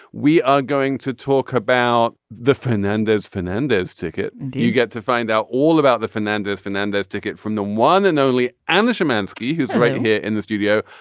we are going to talk about the fernandez fernandez ticket. do you get to find out all about the fernandez fernandez ticket from the one and only and the minsky um and ski who's right here in the studio.